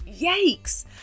Yikes